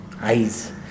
Eyes